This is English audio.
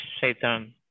Shaitan